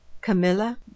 Camilla